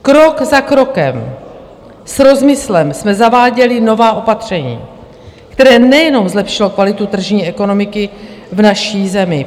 Krok za krokem, s rozmyslem, jsme zaváděli nová opatření, která nejenom zlepšila kvalitu tržní ekonomiky v naší zemi.